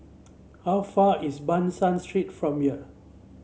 how far is Ban San Street from here